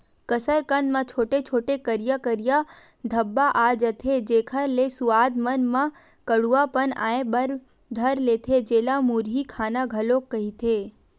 कसरकंद म छोटे छोटे, करिया करिया धब्बा आ जथे, जेखर ले सुवाद मन म कडुआ पन आय बर धर लेथे, जेला मुरही खाना घलोक कहिथे